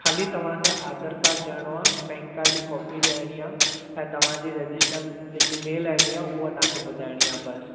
ख़ाली तव्हांखे आधार कार्ड ॾियणो आहे पेन कार्ड जी कॉपी ॾियणी आहे ऐं तव्हां जी रजिस्टर जेकी मेल आई डी आहे उहा तव्हां खे ॿुधाइणी आहे बसि